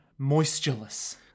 moistureless